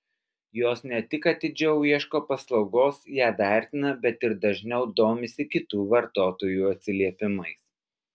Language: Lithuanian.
jos ne tik atidžiau ieško paslaugos ją vertina bet ir dažniau domisi kitų vartotojų atsiliepimais